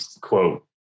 quote